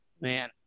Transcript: Man